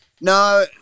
No –